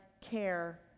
care